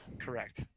Correct